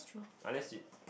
unless you